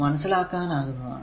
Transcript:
മനസ്സിലാക്കാനാകുന്നതാണ്